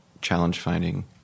challenge-finding